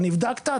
אתה נבדקת,